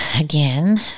again